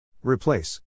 Replace